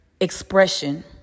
expression